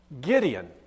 Gideon